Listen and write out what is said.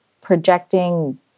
projecting